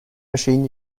machine